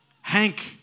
Hank